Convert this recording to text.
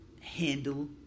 Handle